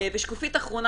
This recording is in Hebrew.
ושקופית אחרונה.